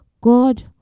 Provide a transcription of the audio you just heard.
God